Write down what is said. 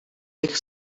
bych